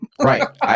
Right